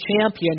champion